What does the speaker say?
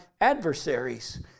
adversaries